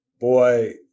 boy